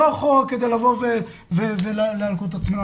לא אחורה כדי לבוא ולהלקות את עצמנו.